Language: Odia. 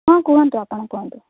ହଁ କୁହନ୍ତୁ ଆପଣ କୁହନ୍ତୁ